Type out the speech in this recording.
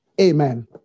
Amen